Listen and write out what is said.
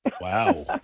Wow